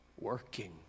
working